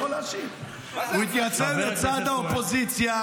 בכל נושא הוא התייצב לצד האופוזיציה